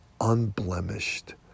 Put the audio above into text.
unblemished